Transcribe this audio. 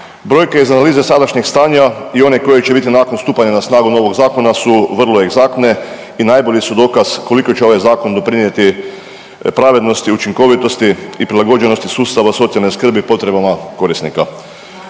Brojke iz analize sadašnjeg stanja i one koje će biti nakon stupanja na snagu novog zakona su vrlo egzaktne i najbolji su dokaz koliko će ovaj zakon doprinijeti pravednosti, učinkovitosti i prilagođenosti sustava socijalne skrbi potrebama korisnika.